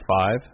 five